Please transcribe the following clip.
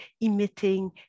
emitting